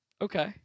Okay